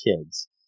kids